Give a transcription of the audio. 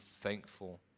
thankful